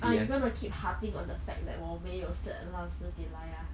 ah you gonna keep harping on the fact that 我没有 set alarm 十点来啊